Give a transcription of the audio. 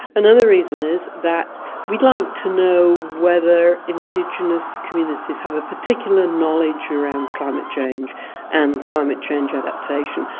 another reason is that we'd like to know whether indigenous communities have a particular knowledge around climate change and climate change adaptation,